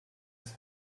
ist